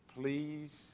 please